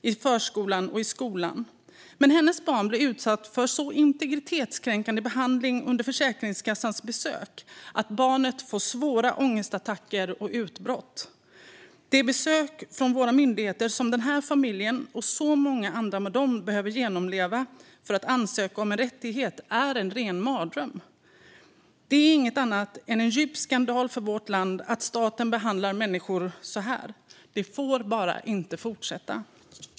i förskolan och i skolan, medan hennes barn blir utsatt för så integritetskränkande behandling under Försäkringskassans besök att barnet får svåra ångestattacker och utbrott. De besök från våra myndigheter som den här familjen och så många andra med dem behöver genomleva för att ansöka om en rättighet är en ren mardröm. Det är inget annat än en djup skandal för vårt land att staten behandlar människor så. Det får bara inte fortsätta.